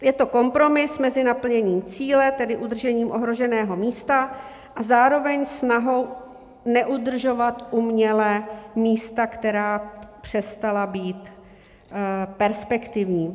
Je to kompromis mezi naplněním cíle, tedy udržením ohroženého místa, a zároveň snahou neudržovat uměle místa, která přestala být perspektivní.